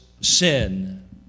sin